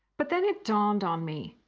but then it dawned on me!